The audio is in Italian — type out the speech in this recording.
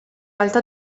alta